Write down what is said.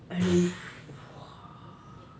and !wah!